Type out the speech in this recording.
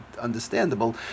understandable